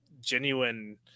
genuine